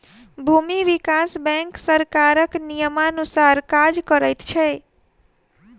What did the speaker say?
भूमि विकास बैंक सरकारक नियमानुसार काज करैत छै